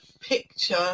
picture